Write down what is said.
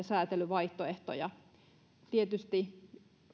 säätelyvaihtoehtoja tietysti